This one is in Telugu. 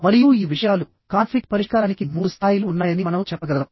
మరియు ఈ విషయాలు కాన్ఫ్లిక్ట్ పరిష్కారానికి మూడు స్థాయిలు ఉన్నాయని మనం చెప్పగలం